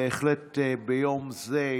בהחלט ביום זה,